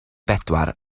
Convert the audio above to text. bedwar